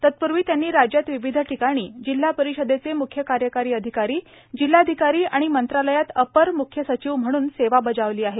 तत्प्वी त्यांनी राज्यात विविध ठिकाणी जिल्हा परिषदेचे म्ख्य कार्यकारी अधिकारी जिल्हाधिकारी आणि मंत्रालयात अपर मुख्य सचिव म्हणून सेवा बजावली आहे